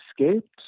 escaped